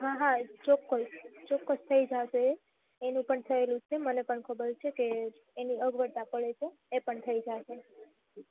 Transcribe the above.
હા હા ચોક્કસ ચોક્કસ થઈ જશે એનું પણ થયેલું જ છે મને પણ ખબર છે કે એની અગવડતા પડે છે એ પણ થઈ જશે